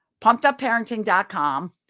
Pumpedupparenting.com